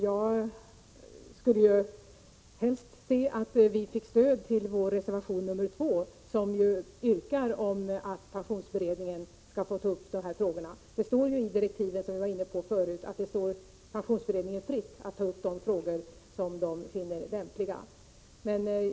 Jag skulle helst se att vi fick stöd för vår reservation nr 2, där vi yrkar att pensionsberedningen skall få ta upp dessa frågor. Som redan sagts står det ju i direktiven att det står pensionsberedningen fritt att ta upp de frågor som den finner lämpligt.